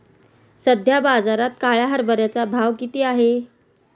सध्या बाजारात काळ्या हरभऱ्याचा भाव किती आहे?